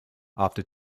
after